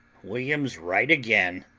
william's right again,